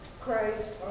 Christ